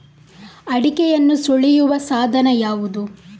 ಅಡಿಕೆಯನ್ನು ಸುಲಿಯುವ ಸಾಧನ ಯಾವುದು?